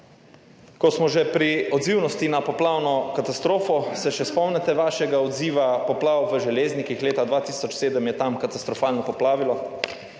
Ko smo že pri odzivnosti na poplavno katastrofo, se še spomnite vašega odziva poplav v Železnikih leta 2007, je tam katastrofalno poplavilo.